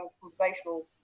conversational